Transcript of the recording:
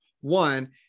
one